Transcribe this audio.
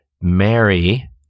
Mary